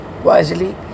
wisely